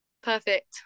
Perfect